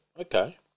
Okay